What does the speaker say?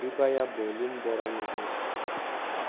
कृपया भोल्युम बढाउनुहोस्